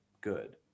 good